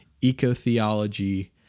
eco-theology